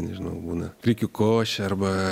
nežinau būna grikių košė arba